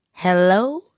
Hello